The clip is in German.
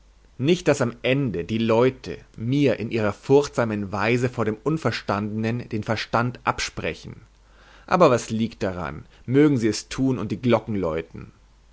nicht daß am ende die leute mir in ihrer furchtsamen weise vor dem unverstandenen den verstand absprechen aber was liegt daran mögen sie es tun und die glocken läuten